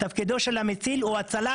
תפקידו של המציל זה הצלה,